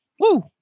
Woo